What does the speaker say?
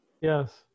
Yes